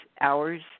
hours